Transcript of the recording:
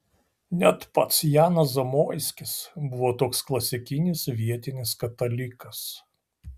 net pats janas zamoiskis buvo toks klasikinis vietinis katalikas